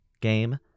game